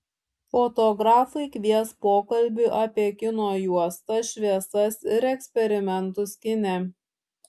fotografai kvies pokalbiui apie kino juostas šviesas ir eksperimentus kine